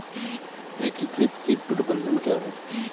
एकीकृत कीट प्रबंधन क्या है?